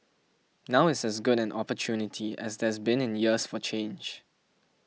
now is as good an opportunity as there's been in years for change